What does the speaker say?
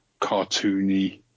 cartoony